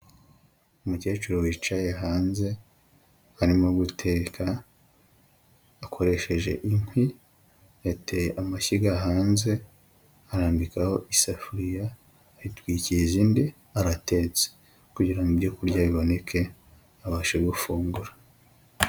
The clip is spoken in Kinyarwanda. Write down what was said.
Umukecuru wicaye hanze arimo guteka akoresheje inkwi, yateye amashyiga hanze arambikaho isafuriya ayitwikiriza indi, aratetse kugira ngo ibyo kurya biboneke abashe gufungura.